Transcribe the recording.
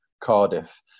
Cardiff